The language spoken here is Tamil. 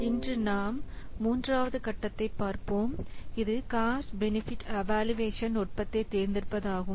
இன்று நாம் மூன்றாவது கட்டத்தைப் பார்ப்போம் இது காஸ்ட் பெனிஃபிட் இவாலுயேஷன் நுட்பத்தைத் தேர்ந்தெடுப்பதாகும்